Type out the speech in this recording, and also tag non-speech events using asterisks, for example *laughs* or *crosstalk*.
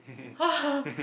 *laughs*